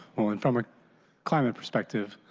from a climate perspective